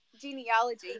genealogy